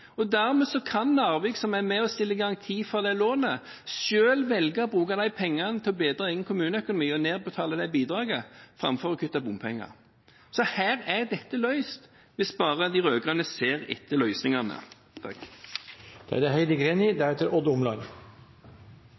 kan Narvik, som er med og stiller garanti for det lånet, selv velge å bruke de pengene til å bedre egen kommuneøkonomi og nedbetale de bidragene framfor å kutte bompenger. Her er dette løst hvis bare de rød-grønne ser etter løsningene. Vedlikeholdsetterslepet på fylkesveinettet er estimert å være om lag 59 mrd. kr, selv om det